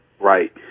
right